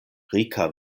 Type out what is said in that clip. rika